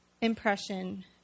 impression